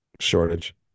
shortage